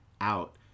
out